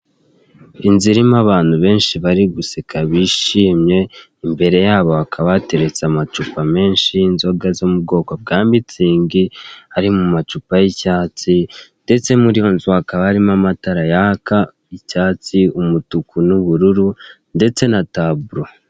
Inzu irimo abantu benshi bsri guseka bishimye imbere ysbo hsksbs hsteretse amacupa menshi inzoga zo mu bwoko bwa mitsingi. Ari mu macupa y'icyatsi ndetse muri iyo nzu hakaba harimo amatara yaka icyatsi, umutuku, n'ubururu ndetse na taburo.